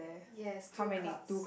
yes two clouds